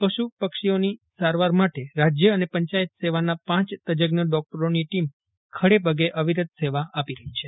પશુ પક્ષીઓની સારવાર માટે રાજ્ય અને પંચાયત સેવાના પાંચ તજજ્ઞ ડોક્ટરોની ટીમ ખડેપગે અવિરત સેવા આપી રહી છે